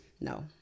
No